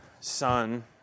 son